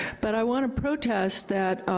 but i wanna protest that, ah,